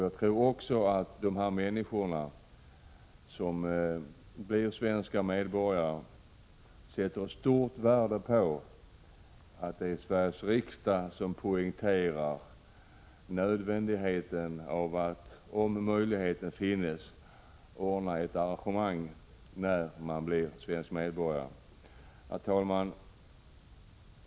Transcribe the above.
Jag tror också att de människor som blir svenska medborgare sätter stort värde på att det är Sveriges riksdag som poängterar önskvärdheten av att det, om möjlighet därtill finns, ordnas en ceremoni när en person blir svensk medborgare. Herr talman!